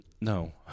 No